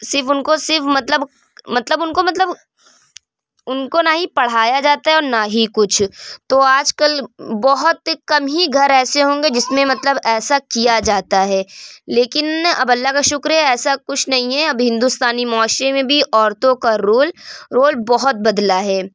صرف ان كو صرف مطلب مطلب ان كو مطلب ان كو نہ ہی پڑھایا جاتا ہے اور نہ ہی کچھ تو آج کل بہت کم ہی گھر ایسے ہوں گے جس میں مطلب ایسا کیا جاتا ہے لیکن اب اللہ کا شکر ہے ایسا کچھ نہیں ہے اب ہندوستانی معاشرے میں بھی عورتوں کا رول رول بہت بدلا ہے